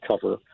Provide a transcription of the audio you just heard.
cover